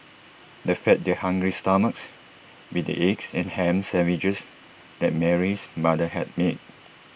they fed their hungry stomachs with the eggs and Ham Sandwiches that Mary's mother had made